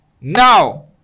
now